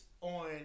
on